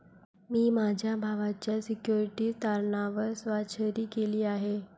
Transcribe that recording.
मी माझ्या भावाच्या सिक्युरिटीज तारणावर स्वाक्षरी केली आहे